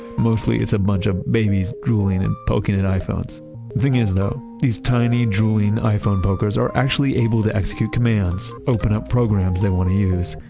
mostly it's a bunch of babies drooling and poking at iphones. the thing is though, these tiny drooling iphone pokers are actually able to execute commands, open up programs they want to use,